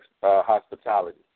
Hospitality